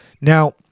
Now